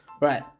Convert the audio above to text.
right